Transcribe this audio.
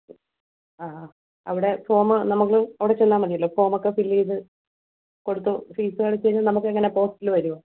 ആ ആ അവിടെ ഫോം നമുക്ക് അവിടെ ചെന്നാൽ മതിയല്ലോ ഫോം ഒക്കെ ഫിൽ ചെയ്ത് കൊടുത്ത് ഫീസും അടച്ചുകഴിഞ്ഞാൽ നമുക്ക് എങ്ങനെയാണ് പോസ്റ്റിൽ വരുമോ